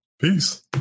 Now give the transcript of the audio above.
Peace